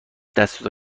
دستتو